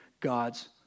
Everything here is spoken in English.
God's